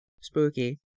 spooky